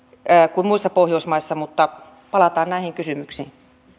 kuin muissa pohjoismaissa mutta palataan näihin kysymyksiin